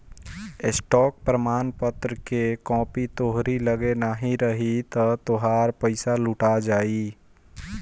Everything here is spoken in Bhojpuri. स्टॉक प्रमाणपत्र कअ कापी तोहरी लगे नाही रही तअ तोहार पईसा लुटा जाई